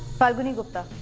falguni gupta,